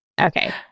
Okay